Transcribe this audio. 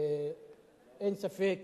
אין ספק